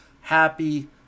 happy